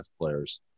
players